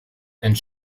and